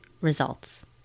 results